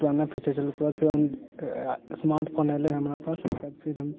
पुराना फीचर छलै ओकर बाद फेर हम स्मार्ट फोन अयलै हमरा पास फिर हम